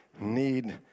need